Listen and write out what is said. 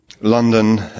London